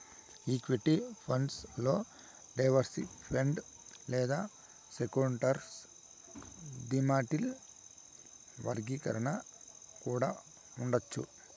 equity funds లో diversified లేదా sectoral, thematic వర్గీకరణ కూడా ఉండవచ్చు